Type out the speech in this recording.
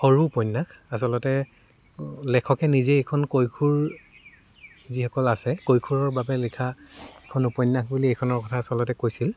সৰু উপন্যাস আচলতে লেখকে নিজে এইখন কৈশোৰ যিসকল আছে কৈশোৰৰ বাবে লিখা এখন উপন্যাস বুলি এখনৰ কথা আচলতে কৈছিল